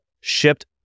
shipped